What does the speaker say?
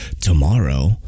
tomorrow